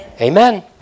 Amen